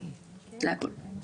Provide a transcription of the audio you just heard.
זה הכל.